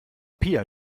pia